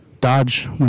dodge